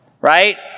right